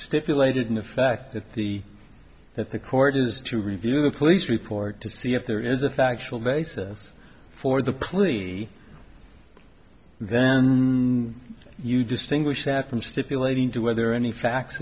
stipulated in the fact that the that the court has to review the police report to see if there is a factual basis for the plea then you distinguish that from stipulating to whether any facts